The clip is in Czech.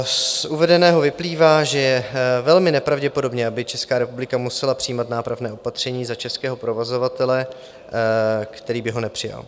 Z uvedeného vyplývá, že je velmi nepravděpodobné, aby Česká republika musela přijímat nápravné opatření za českého provozovatele, který by ho nepřijal.